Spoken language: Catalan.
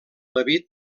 david